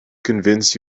convince